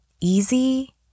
easy